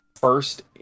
first